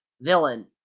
villain